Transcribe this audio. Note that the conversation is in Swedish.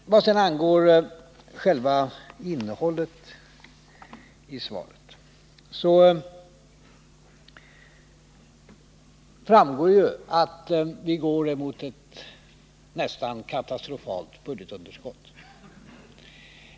Vad sedan gäller själva innehållet i svaret framgår det ju att statsfinanserna går emot ett nästan katastrofalt budgetunderskott.